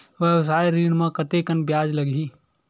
व्यवसाय ऋण म कतेकन ब्याज लगही?